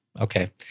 Okay